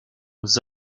aux